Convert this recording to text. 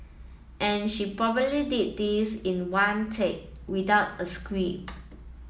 and she probably did this in one take without a script